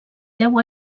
deu